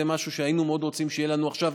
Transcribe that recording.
זה משהו שהיינו מאוד רוצים שיהיה לנו עכשיו.